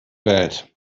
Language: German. welt